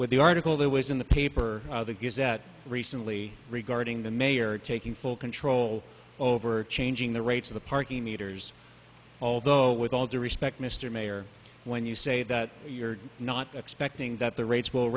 with the article that was in the paper that gives that recently regarding the mayor taking full control over changing the rates of the parking meters although with all due respect mr mayor when you say that you're not expecting that the rates will